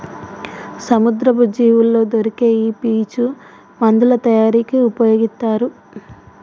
సముద్రపు జీవుల్లో దొరికే ఈ పీచు మందుల తయారీకి ఉపయొగితారు